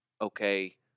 Okay